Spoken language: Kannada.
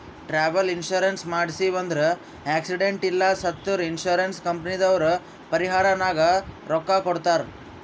ಟ್ರಾವೆಲ್ ಇನ್ಸೂರೆನ್ಸ್ ಮಾಡ್ಸಿವ್ ಅಂದುರ್ ಆಕ್ಸಿಡೆಂಟ್ ಇಲ್ಲ ಸತ್ತುರ್ ಇನ್ಸೂರೆನ್ಸ್ ಕಂಪನಿದವ್ರು ಪರಿಹಾರನಾಗ್ ರೊಕ್ಕಾ ಕೊಡ್ತಾರ್